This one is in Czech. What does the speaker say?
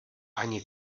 ani